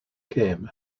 gêm